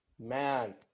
man